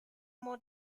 more